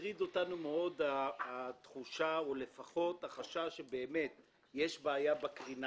הטרידה אותנו מאוד התחושה או לפחות החשש שבאמת יש בעיה עם הקרינה